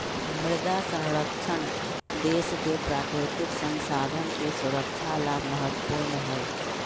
मृदा संरक्षण देश के प्राकृतिक संसाधन के सुरक्षा ला महत्वपूर्ण हई